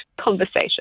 conversation